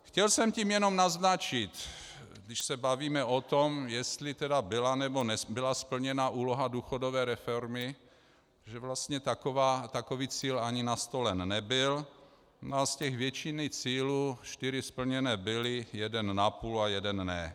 Chtěl jsem tím jenom naznačit, když se bavíme o tom, jestli byla, nebo nebyla splněna úloha důchodové reformy, že vlastně takový cíl ani nastolen nebyl a z té většiny cílů čtyři splněny byly, jeden napůl a jeden ne.